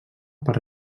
per